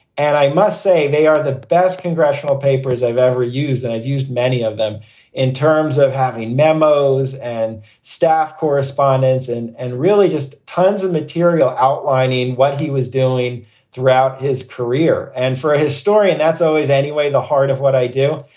and i must say, they are the best congressional papers i've ever used. and i've used many of them in terms of having memos and staff correspondence and and really just tons of material outlining what he was doing throughout his career. and for a historian, that's always, anyway, the heart of what i do.